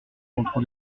contre